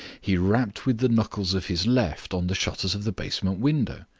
he rapped with the knuckles of his left on the shutters of the basement window.